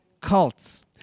cults